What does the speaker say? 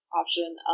option